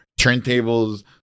turntables